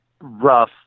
rough